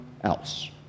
else